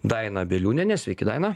daina bieliūnienė sveiki daina